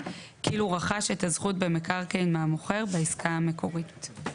כאילו רכש את הזכות במקרקעין מהמוכר בעסקה המקורית.";